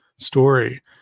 story